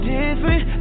different